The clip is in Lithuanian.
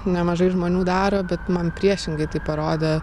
nemažai žmonių daro bet man priešingai tai parodė